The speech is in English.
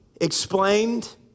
explained